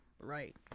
right